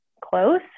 close